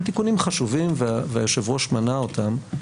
תיקונים חשובים והיושב-ראש מנה אותם,